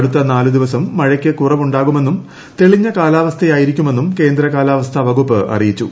അടുത്ത നാല് ദിവസം മഴയ്ക്ക് കുറവുണ്ടാവുമെന്നും തെളിഞ്ഞ കാലാവസ്ഥായായിരിക്കുമെന്നും കേന്ദ്ര കാലാവസ്ഥാ വകുപ്പ് അറിയിച്ചു